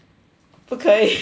不可以